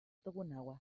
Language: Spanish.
tokugawa